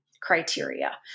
criteria